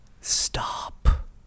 Stop